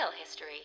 History